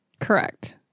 Correct